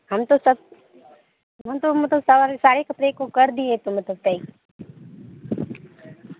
ہم تو سب ہم تو مطلب س سارے کپڑے کو کر دیے